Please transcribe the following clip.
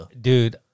Dude